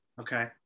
Okay